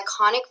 iconic